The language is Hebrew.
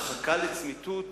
הרחקה לצמיתות,